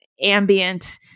ambient